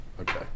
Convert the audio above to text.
Okay